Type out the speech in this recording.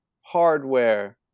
hardware